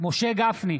משה גפני,